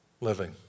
living